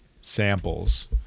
samples